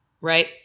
right